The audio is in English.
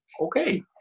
okay